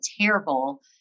terrible